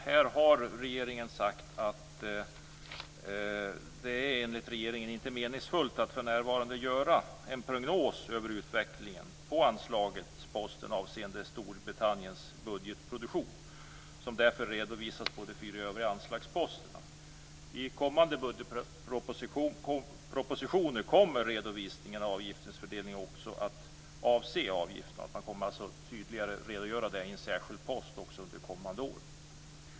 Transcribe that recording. Enligt regeringen är det inte meningsfullt att för närvarande göra en prognos över utvecklingen på anslagsposten avseende Storbritanniens budgetreduktion, som därför redovisas under de fyra övriga anslagsposterna. I kommande budgetpropositioner kommer man tydligare att redogöra för avgiftsfördelningen i en särskild post.